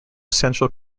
central